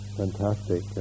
fantastic